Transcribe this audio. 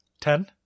Ten